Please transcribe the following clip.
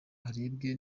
harebwe